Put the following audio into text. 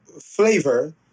flavor